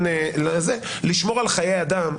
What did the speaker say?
מבקש שכן נוסיף את המשפט של עיוות הדין.